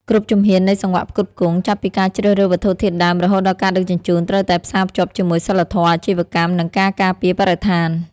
គ្រប់ជំហាននៃសង្វាក់ផ្គត់ផ្គង់ ចាប់ពីការជ្រើសរើសវត្ថុធាតុដើមរហូតដល់ការដឹកជញ្ជូន ត្រូវតែផ្សារភ្ជាប់ជាមួយសីលធម៌អាជីវកម្ម និងការការពារបរិស្ថាន។